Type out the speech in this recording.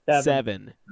seven